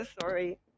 Sorry